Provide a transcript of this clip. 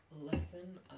listen